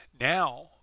Now